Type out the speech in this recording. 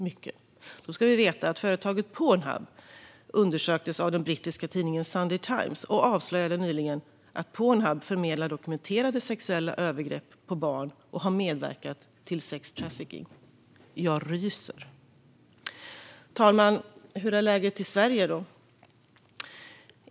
Man ska veta att företaget Pornhub nyligen undersöktes av den brittiska tidningen Sunday Times som avslöjade att Pornhub förmedlar dokumenterade sexuella övergrepp på barn och har medverkat till sextrafficking. Jag ryser. Fru talman! Hur är läget i Sverige?